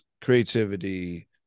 creativity